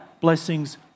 blessings